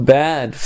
bad